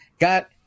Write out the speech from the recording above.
got